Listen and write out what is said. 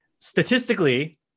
statistically